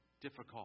difficult